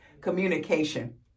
communication